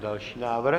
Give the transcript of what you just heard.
Další návrh?